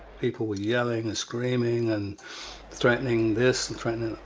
people were yelling and screaming and threatening this and threatening